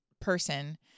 person